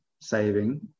saving